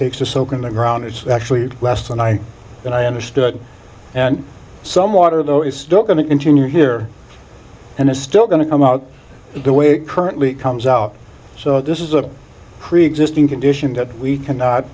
takes to soak in the ground it's actually less than i and i understood and some water though is still going to continue here and it's still going to come out the way it currently comes out so this is a preexisting condition that we cannot